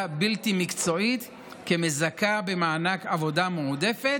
בלתי מקצועית כמזכה למענק עבודה מועדפת,